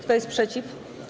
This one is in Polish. Kto jest przeciw?